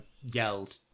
yelled